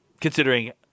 considering